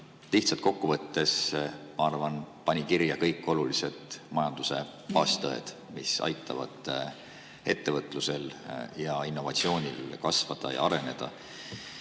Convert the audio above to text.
lihtsalt kokku võttes, ma arvan, pani kirja kõik olulised majanduse baastõed, mis aitavad ettevõtlusel ja innovatsioonil kasvada ja areneda!